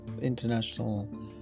international